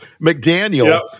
McDaniel